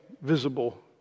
visible